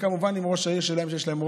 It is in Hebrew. וכמובן עם ראש העיר שלהם.